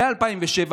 מ-2007,